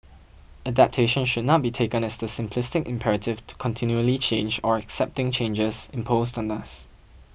adaptation should not be taken as the simplistic imperative to continually change or accepting changes imposed on us